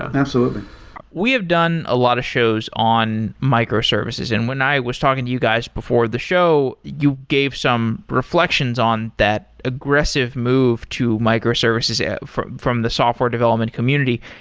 absolutely we have done a lot of shows on microservices. and when i was talking to you guys before the show, you gave some reflections on that aggressive move to microservices from from the software development community.